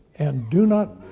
and do not,